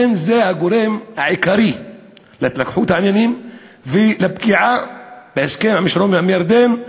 זה הגורם העיקרי להתלקחות העניינים ולפגיעה בהסכם השלום עם ירדן.